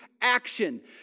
action